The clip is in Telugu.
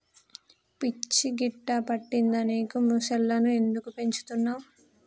పిచ్చి గిట్టా పట్టిందా నీకు ముసల్లను ఎందుకు పెంచుతున్నవ్